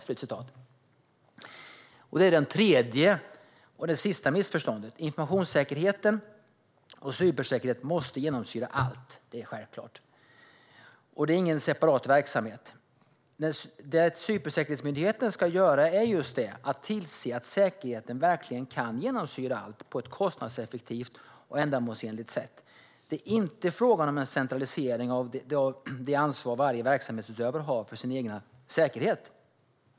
Det är det tredje och sista missförståndet. Informations och cybersäkerhet måste genomsyra allt; det är självklart. Det är ingen separat verksamhet. Det cybersäkerhetsmyndigheten ska göra är just detta: tillse att säkerheten verkligen kan genomsyra allt på ett kostnadseffektivt och ändamålsenligt sätt. Det är inte fråga om en centralisering av det ansvar varje verksamhetsutövare har för sin egen säkerhet.